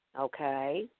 okay